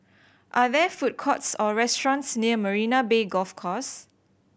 are there food courts or restaurants near Marina Bay Golf Course